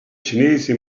cinesi